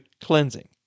cleansing